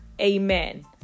Amen